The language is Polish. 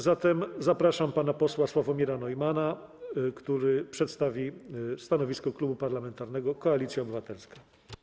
Zatem zapraszam pana posła Sławomira Neumanna, który przedstawi stanowisko Klubu Parlamentarnego Koalicja Obywatelska.